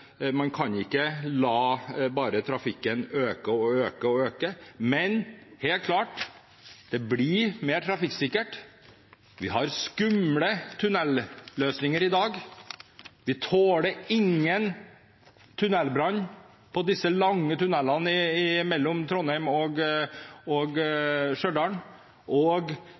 Man kan ikke bare la trafikken øke og øke. Det blir helt klart mer trafikksikkert. Vi har skumle tunnelløsninger i dag, vi tåler ingen tunnelbrann i disse lange tunnelene mellom Trondheim og